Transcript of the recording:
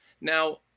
Now